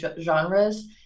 genres